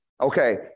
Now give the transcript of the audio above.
Okay